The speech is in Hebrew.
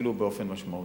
אפילו באופן משמעותי.